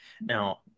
Now